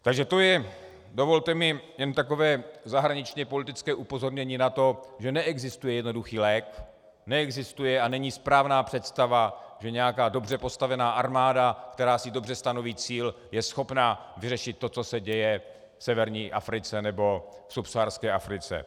Takže to je, dovolte mi, jen takové zahraničněpolitické upozornění na to, že neexistuje jednoduchý lék, neexistuje a není správná představa, že nějaká dobře postavená armáda, která si dobře stanoví cíl, je schopna vyřešit to, co se děje v severní Africe nebo v subsaharské Africe.